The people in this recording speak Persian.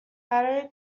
برای